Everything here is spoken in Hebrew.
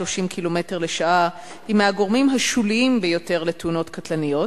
קילומטר לשעה היא מהגורמים השוליים ביותר לתאונות קטלניות,